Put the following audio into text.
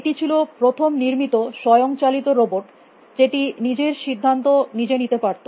এটি ছিল প্রথম নির্মিত স্বয়ং চালিত রোবট যেটি নিজের সিদ্ধান্ত নিজে নিতে পারত